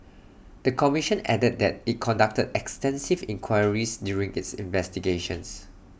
the commission added that IT conducted extensive inquiries during its investigations